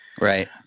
Right